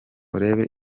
urebe